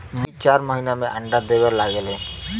मुरगी चार महिना में अंडा देवे लगेले